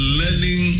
learning